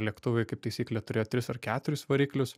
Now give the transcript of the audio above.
lėktuvai kaip taisyklė turėjo tris ar keturis variklius